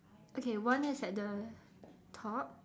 okay one is at the top